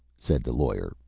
said the lawyer,